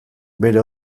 bere